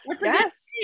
Yes